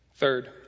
Third